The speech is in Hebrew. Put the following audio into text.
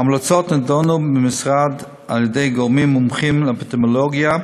ההמלצות נדונו במשרד על-ידי גורמים מומחים לאפידמיולוגיה,